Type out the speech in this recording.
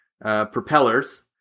propellers